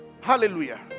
Hallelujah